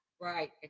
right